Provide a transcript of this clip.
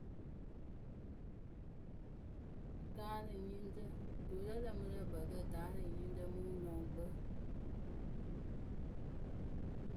Daalɩnyɩŋrǝ, tuu lǝ lǝǝmɨ rɨ ǝkpǝǝkǝ daalɩnyɩŋrǝ mɨ wɨnyɔŋkpǝ.